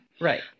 Right